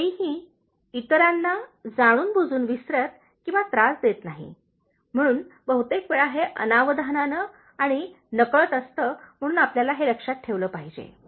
कोणीही इतरांना जाणूनबुजून विसरत किंवा त्रास देत नाही म्हणून बहुतेक वेळा हे अनवधानाने आणि नकळत असते म्हणून आपल्याला हे लक्षात ठेवले पाहिजे